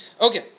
Okay